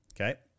Okay